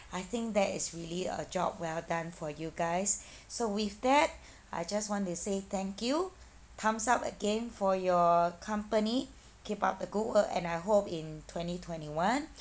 I think there is really a job well done for you guys so with that I just want to say thank you thumbs up again for your company keep up the good work and I hope in twenty twenty one